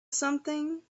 something